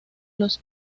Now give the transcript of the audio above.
los